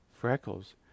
Freckles